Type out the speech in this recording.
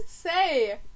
say